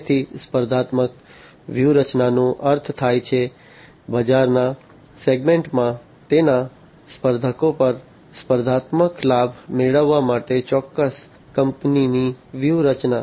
તેથી સ્પર્ધાત્મક વ્યૂહરચનાનો અર્થ થાય છે બજારના સેગમેન્ટમાં તેના સ્પર્ધકો પર સ્પર્ધાત્મક લાભ મેળવવા માટે ચોક્કસ કંપનીની વ્યૂહરચના